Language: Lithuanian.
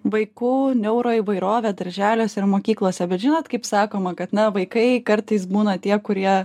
vaikų neuro įvairovė darželiuose ir mokyklose bet žinot kaip sakoma kad na vaikai kartais būna tie kurie